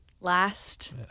last